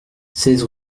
seize